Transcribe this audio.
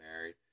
married